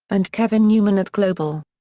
and kevin newman at global.